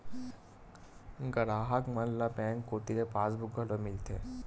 गराहक मन ल बेंक कोती ले पासबुक घलोक मिलथे